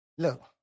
Look